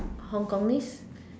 Hong-Kongnese